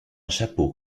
chapeau